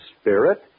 spirit